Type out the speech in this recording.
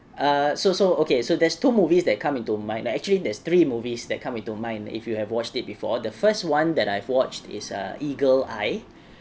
err so so okay so there's two movies that come into mind actually there's three movies that come into mind if you have watched it before the first [one] that I've watched is ah eagle eye